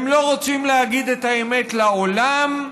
הם לא רוצים להגיד את האמת לעולם,